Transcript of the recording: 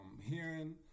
hearing